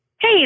Hey